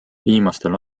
viimastel